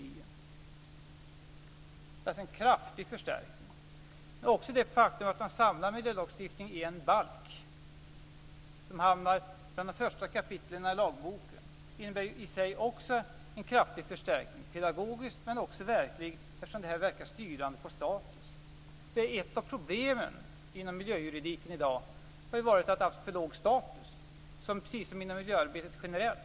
Det är alltså en kraftig förstärkning. Också det faktum att man samlar miljölagstiftningen i en balk, som hamnar bland de första kapitlen i lagboken, innebär i sig en kraftig förstärkning - pedagogisk, men också verklig eftersom det här verkar styrande på status. Ett av problemen med miljöjuridiken i dag har ju varit att den har haft för låg status, precis som miljöarbetet generellt.